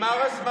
נגמר הזמן.